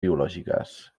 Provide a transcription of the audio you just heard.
biològiques